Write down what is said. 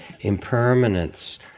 impermanence